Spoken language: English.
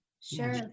sure